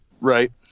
Right